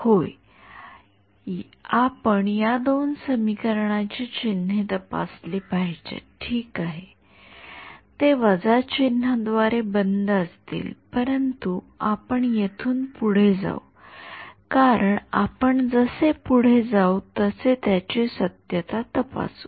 होय आपण या दोन समीकरणाची चिन्हे तपासली पाहिजेत ठीक आहे ते वजा चिन्हाद्वारे बंद असतील परंतु आपण येथून पुढे जाऊ कारण आपण जसे पुढे जाऊ तसे त्याची सत्यता तपासू